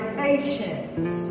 patience